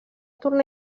tornar